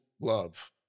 love